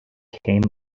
came